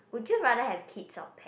would you rather have kids or pet